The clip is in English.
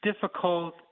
difficult